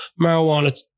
marijuana